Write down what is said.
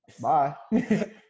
bye